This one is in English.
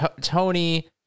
Tony